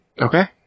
Okay